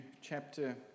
chapter